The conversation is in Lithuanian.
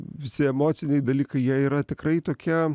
visi emociniai dalykai jie yra tikrai tokia